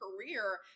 career